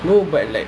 no but like